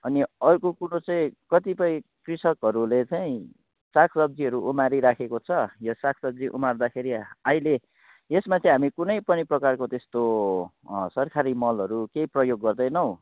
अनि अर्को कुरो चाहिँ कतिपय कृषकहरूले चाहिँ साग सब्जीहरू उमारिराखेको छ यो साग सब्जी उमार्दाखेरि अहिले यसमा चाहिँ हामी कुनै पनि प्रकारको त्यस्तो सरकारी मलहरू केही प्रयोग गर्दैनौँ